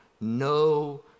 no